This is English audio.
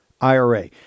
IRA